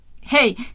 hey